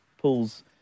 pulls